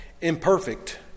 imperfect